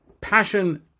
passion